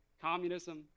communism